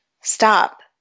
Stop